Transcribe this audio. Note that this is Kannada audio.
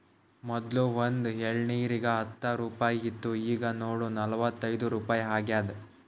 ಮೊದ್ಲು ಒಂದ್ ಎಳ್ನೀರಿಗ ಹತ್ತ ರುಪಾಯಿ ಇತ್ತು ಈಗ್ ನೋಡು ನಲ್ವತೈದು ರುಪಾಯಿ ಆಗ್ಯಾದ್